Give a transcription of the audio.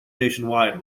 nationwide